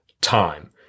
time